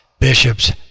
Bishop's